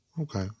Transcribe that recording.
Okay